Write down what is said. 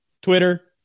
Twitter